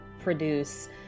produce